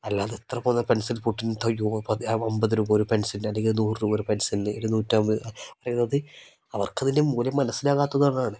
അല്ലാതെ ഇത്ര പോന്ന പെൻസിൽ തയോ അമ്പത് രൂപ ഒരു പെൻസില്ന് അല്ലെങ്കിൽ നൂറ് രൂപ ഒരു പെൻസിലിന് ഒരു നൂറ്റമ്പത് പറയുന്നത് അവർക്കതിൻ്റെ മൂല്യം മനസ്സിലാകാത്തതുകൊണ്ടാണ്